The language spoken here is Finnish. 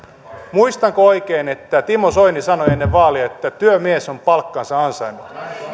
muistanko oikein että timo soini sanoi ennen vaaleja että työmies on palkkansa ansainnut